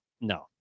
no